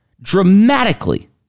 dramatically